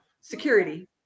Security